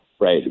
right